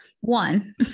one